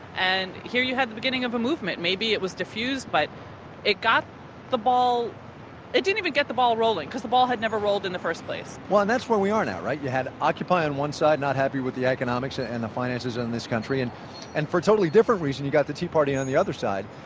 and here you had the beginning of a movement. maybe it was defused, but it got the ball it didn't even get the ball rolling, because the ball had never rolled in the first place and that's where we are now, right? you had occupy on one side not happy with the economics ah and the finances in this country and and for a totally different reason, you've got the tea party on the other side,